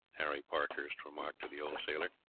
harry parkhurst remarked to the old sailor.